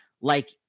like-